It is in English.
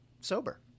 sober